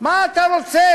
מה אתה רוצה?